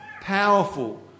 powerful